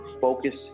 focus